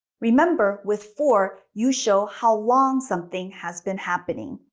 remember with for, you show how long something has been happening.